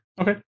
okay